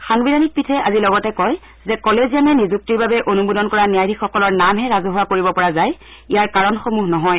সাংবিধানিক পীঠে আজি লগতে কয় যে কলেজিয়ামে নিযুক্তিৰ বাবে অনুমোদন কৰা ন্যায়াধীশসকলৰ নামহে ৰাজহুৱা কৰিব পৰা যায় ইয়াৰ কাৰণসমূহ নহয়